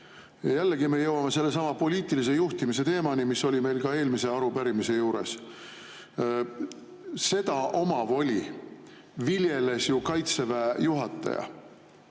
jällegi me jõuame sellesama poliitilise juhtimise teemani, mis oli meil ka eelmise arupärimise juures. Seda omavoli viljeles ju Kaitseväe juhataja.